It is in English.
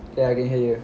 ya I can hear you